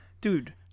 dude